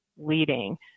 leading